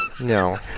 no